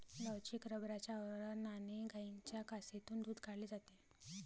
लवचिक रबराच्या आवरणाने गायींच्या कासेतून दूध काढले जाते